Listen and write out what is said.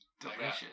Delicious